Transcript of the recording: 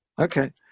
Okay